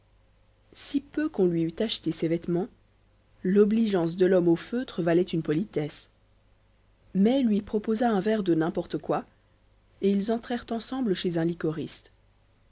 si peu qu'on lui eût acheté ses vêtements l'obligeance de l'homme au feutre valait une politesse mai lui proposa un verre de n'importe quoi et ils entrèrent ensemble chez un